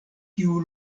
kiu